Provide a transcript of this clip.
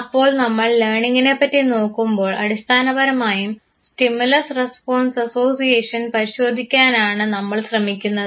അപ്പോൾ നമ്മൾ ലേണിങ്നെപ്പറ്റി നോക്കുമ്പോൾ അടിസ്ഥാനപരമായും സ്റ്റിമുലസ് റെസ്പോൺസ്സ് അസോസിയേഷൻ പരിശോധിക്കാനാണ് നമ്മൾ ശ്രമിക്കുന്നത്